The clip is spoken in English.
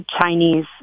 Chinese